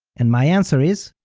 and my answer is,